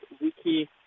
Wiki